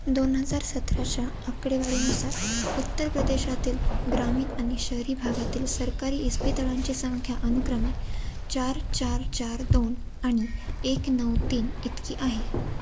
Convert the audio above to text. दोन हजार सतराच्या आकडेवारीनुसार उत्तर प्रदेशातील ग्रामीण आणि शहरी भागातील सरकारी इस्पितळांची संख्या अनुक्रमे चार चार चार दोन आणि एक नऊ तीन इतकी आहे